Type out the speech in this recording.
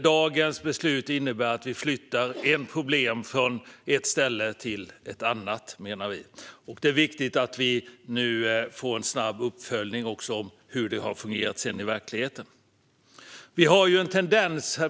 Dagens beslut innebär nämligen att vi flyttar ett problem från ett ställe till ett annat, menar vi. Och det är viktigt att vi nu får en snabb uppföljning av hur det fungerar i verkligheten. Fru talman!